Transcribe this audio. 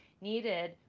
needed